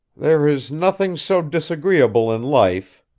there is nothing so disagreeable in life,